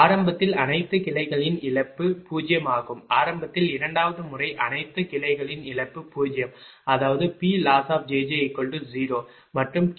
ஆரம்பத்தில் அனைத்து கிளைகளின் இழப்பு 0 ஆகும் ஆரம்பத்தில் இரண்டாவது முறை அனைத்து கிளைகளின் இழப்பு 0 அதாவது PLoss0 மற்றும் QLoss0